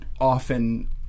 often